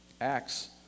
Acts